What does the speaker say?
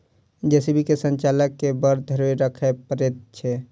JCB के संचालक के बड़ धैर्य राखय पड़ैत छै